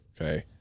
Okay